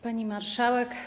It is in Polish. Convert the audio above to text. Pani Marszałek!